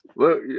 Look